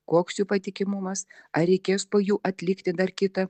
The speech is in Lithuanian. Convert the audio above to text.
koks jų patikimumas ar reikės po jų atlikti dar kitą